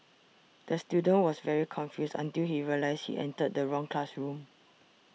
the student was very confused until he realised he entered the wrong classroom